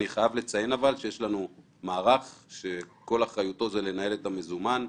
אני חייב לציין שיש לנו מערך שכל אחריותו זה לנהל את המזומן,